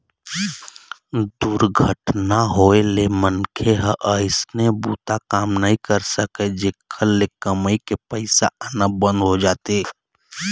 दुरघटना होए ले मनखे ह अइसने बूता काम नइ कर सकय, जेखर ले कमई के पइसा आना बंद हो जाथे